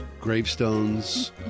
gravestones